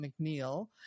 McNeil